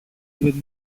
with